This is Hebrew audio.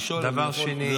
אני שואל אם אני יכול לדבר.